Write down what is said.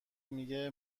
میگه